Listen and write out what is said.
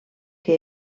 que